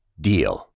DEAL